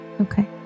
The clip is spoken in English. Okay